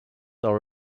are